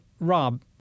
Rob